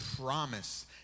promise